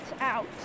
out